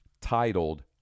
titled